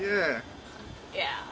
yeah yeah